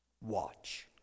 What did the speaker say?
watch